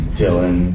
Dylan